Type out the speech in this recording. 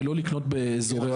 ולא לקנות באזורי הביקוש.